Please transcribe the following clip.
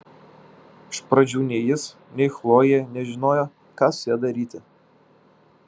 iš pradžių nei jis nei chlojė nežinojo ką su ja daryti